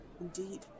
Indeed